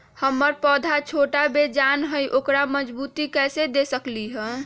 हमर पौधा छोटा बेजान हई उकरा मजबूती कैसे दे सकली ह?